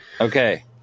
Okay